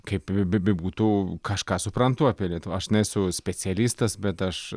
kaip bebūtų kažką suprantu apie lietuvą aš nesu specialistas bet aš